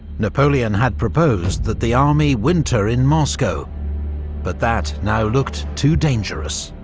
napoleon had proposed that the army winter in moscow but that now looked too dangerous.